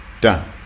Done